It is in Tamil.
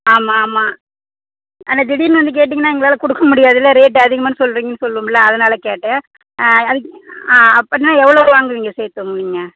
ஆமாம் ஆமாம் ஆனால் திடீர்னு வந்து கேட்டீங்கனா எங்களால் கொடுக்க முடியாது இல்லை ரேட்டு அதிகமான்னு சொல்கிறீங்கன்னு சொல்லுவோம்ல அதனால கேட்டேன் ஆ அதுக்கு ஆ அப்போன்னா எவ்வளோ வாங்குவீங்க சேர்த்து வாங்குவீங்க